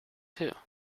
too